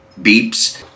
beeps